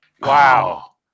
wow